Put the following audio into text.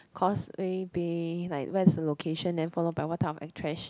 Causeway Bay like where's the location then followed by what type of attract~